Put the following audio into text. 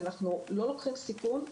אנחנו לא לוקחים סיכון,